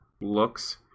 looks